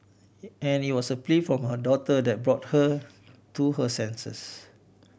and it was a plea from her daughter that brought her to her senses